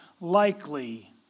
likely